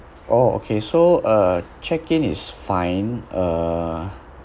oh okay so uh check in is fine uh